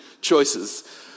choices